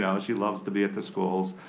ah she loves to be at the schools.